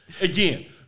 Again